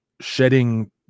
shedding